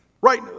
right